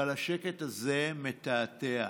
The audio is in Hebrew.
אבל השקט הזה מתעתע.